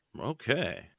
okay